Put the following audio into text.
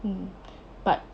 um but